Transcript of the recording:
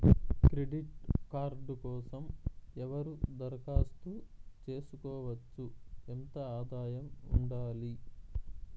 Credit card కోసం ఎవరు దరఖాస్తు చేసుకోవచ్చు? ఎంత ఆదాయం ఉండాలి?